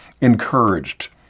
encouraged